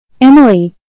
Emily